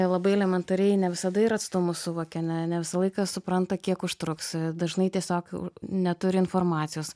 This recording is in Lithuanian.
labai elementariai ne visada ir atstumus suvokia ne ne visą laiką supranta kiek užtruks dažnai tiesiog neturi informacijos